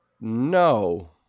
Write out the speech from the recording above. No